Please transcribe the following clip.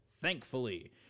thankfully